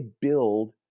build